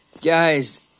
Guys